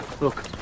Look